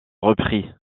repris